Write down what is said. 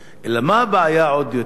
אלא מה הבעיה עוד יותר?